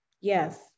Yes